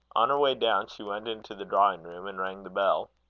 on her way down, she went into the drawing-room, and rang the bell.